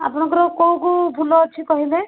ଆପଣଙ୍କର କେଉଁ କେଉଁ ଫୁଲ ଅଛି କହିଲେ